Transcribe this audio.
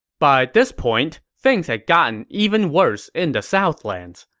by this point, things had gotten even worse in the southlands.